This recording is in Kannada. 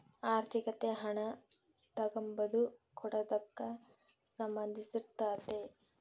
ಆರ್ಥಿಕತೆ ಹಣ ತಗಂಬದು ಕೊಡದಕ್ಕ ಸಂದಂಧಿಸಿರ್ತಾತೆ